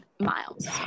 Miles